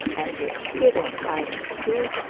and the adherent irish stew,